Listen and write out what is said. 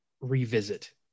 revisit